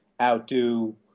outdo